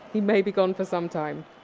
he may be gone for some time